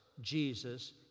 Jesus